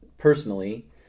Personally